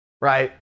right